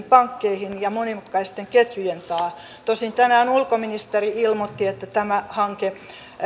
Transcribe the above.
pankkeihin ja monimutkaisten ketjujen taakse tosin tänään ulkoministeri ilmoitti että tämä hanke